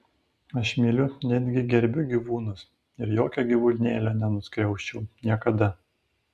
aš myliu netgi gerbiu gyvūnus ir jokio gyvūnėlio nenuskriausčiau niekada